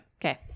Okay